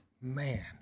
man